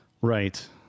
Right